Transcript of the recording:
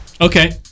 okay